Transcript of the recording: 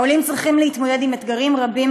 העולים צריכים להתמודד עם אתגרים רבים,